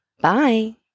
Bye